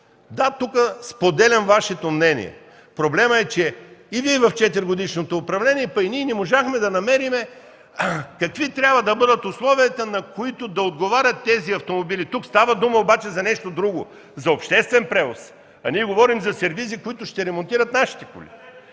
Да, тук споделям Вашето мнение, проблемът е, че и Вие в четиригодишното управление, а и ние, не можахме да намерим какви трябва да бъдат условията, на които да отговарят тези автомобили. Тук става дума обаче за нещо друго – за обществен превоз, а ние говорим за сервизи, които ще ремонтират нашите коли.